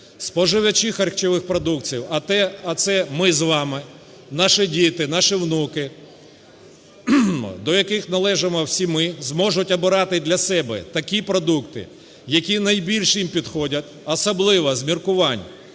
Споживачі харчових продуктів, а це ми з вами, наші діти, наші внуки, до яких належимо всі ми, зможемо обирати для себе такі продукти, які найбільше їм підходять, особливо з міркувань